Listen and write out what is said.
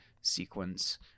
sequence